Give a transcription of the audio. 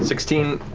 sixteen,